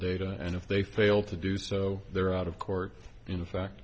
data and if they fail to do so they're out of court in fact